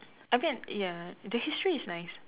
I bet ya the history is nice